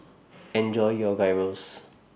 Enjoy your Gyros